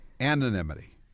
Anonymity